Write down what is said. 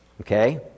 Okay